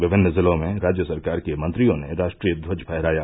विभिन्न जिलों में राज्य सरकार के मंत्रियों ने राष्ट्रीय ध्वज फहराया